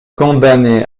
condamné